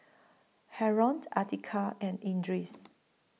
Haron Atiqah and Idris